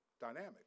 dynamic